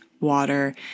water